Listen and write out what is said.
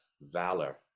valor